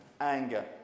anger